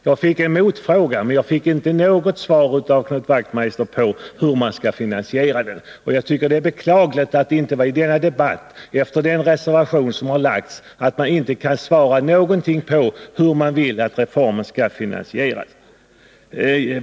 Jag fick en motfråga, men jag fick inte något svar av Knut Wachtmeister på hur man skall finansiera reformen. Jag tycker det är beklagligt att man i denna debatt och efter den reservation som har avgivits inte kan svara någonting på hur man vill att reformen skall finansieras.